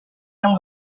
yang